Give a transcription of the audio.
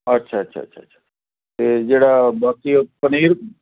ਅੱਛਾ ਅੱਛਾ ਅੱਛਾ ਅੱਛਾ ਅਤੇ ਜਿਹੜਾ ਬਾਕੀ ਉਹ ਪਨੀਰ